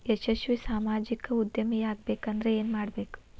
ಯಶಸ್ವಿ ಸಾಮಾಜಿಕ ಉದ್ಯಮಿಯಾಗಬೇಕಂದ್ರ ಏನ್ ಮಾಡ್ಬೇಕ